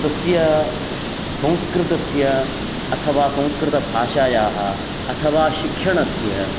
तस्य संस्कृतस्य अथवा संस्कृतभाषायाः अथवा शिक्षणस्य